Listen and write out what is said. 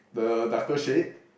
the darker shade